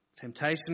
Temptation